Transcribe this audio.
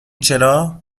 چرا